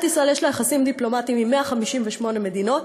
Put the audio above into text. ישראל יש יחסים דיפלומטיים עם 158 מדינות,